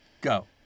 Go